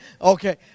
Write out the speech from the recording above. Okay